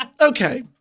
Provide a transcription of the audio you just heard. okay